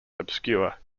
obscure